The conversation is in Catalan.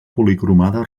policromada